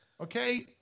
Okay